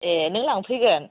ए नों लांफैगोन